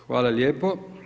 Hvala lijepo.